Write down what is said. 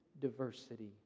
diversity